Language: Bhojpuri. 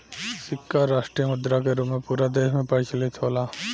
सिक्का राष्ट्रीय मुद्रा के रूप में पूरा देश में प्रचलित होला